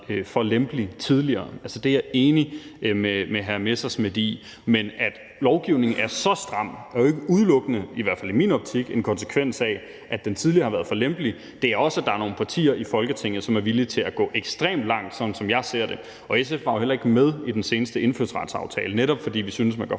for lempelig tidligere. Altså, det er jeg enig med hr. Morten Messerschmidt i. Men at lovgivningen er så stram, er jo ikke udelukkende, i hvert fald ikke i min optik, en konsekvens af, at den tidligere har været for lempelig. Det er også, fordi der er nogle partier i Folketinget, der er villige til at gå ekstremt langt, sådan som jeg ser det. Og SF var jo heller ikke med i den seneste indfødsretsaftale, netop fordi vi synes, at man går